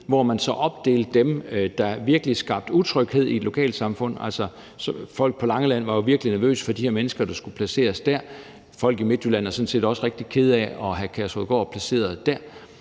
hvem der virkelig skabte utryghed i et lokalsamfund. Folk på Langeland var virkelig nervøse for de her mennesker, der skulle placeres dér. Folk i Midtjylland er sådan set også virkelig kede af at have Kærshovedgård placeret dér